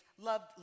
loved